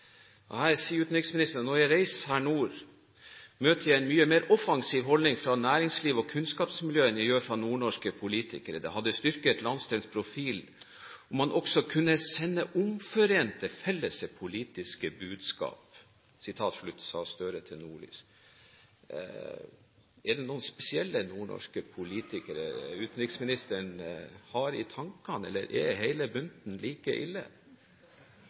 sier utenriksministeren: «Når jeg reiser her nord møter jeg en mye mer offensiv holdning fra næringsliv og kunnskapsmiljø enn jeg gjør fra nordnorske politikere. Det hadde styrket landsdelens profil om man også kunne sende omforente, felles politiske budskap!» Er det noen spesielle nordnorske politikere utenriksministeren har i tankene, eller er hele bunten like ille?